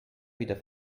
wieder